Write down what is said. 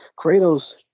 Kratos